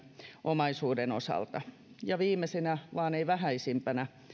omaisuuden osalta ja viimeisenä vaan ei vähäisimpänä